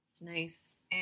Nice